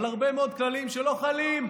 על הרבה מאוד כללים שלא חלים,